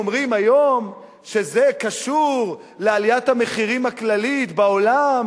אומרים היום שזה קשור לעליית המחירים הכללית בעולם,